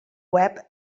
web